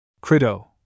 Crito